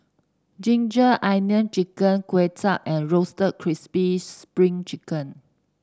ginger onion chicken Kuay Chap and Roasted Crispy Spring Chicken